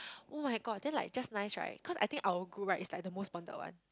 [oh]-my-god then like just nice right cause I think our group right is like the most bonded one